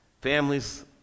Families